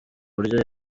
uburyo